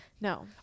no